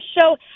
show